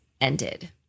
ended